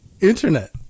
internet